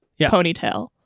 Ponytail